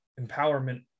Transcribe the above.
empowerment